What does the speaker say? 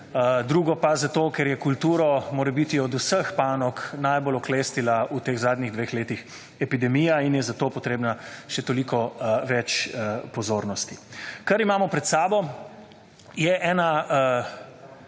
Drugo pa zato, ker je kulturo morebiti od vseh panog najbolj oklestila v teh zadnjih dveh letih epidemija in je zato potrebna še toliko več pozornosti. Kar imamo pred seboj je ena